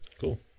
cool